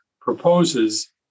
proposes